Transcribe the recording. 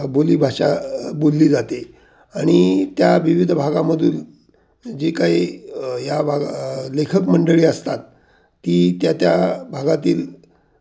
बोली भााषा बोलली जाते आणि त्या विविध भागामधून जी काही या भाग लेखक मंडळी असतात ती त्या त्या भागातील